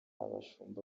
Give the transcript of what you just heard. abashumba